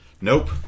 Nope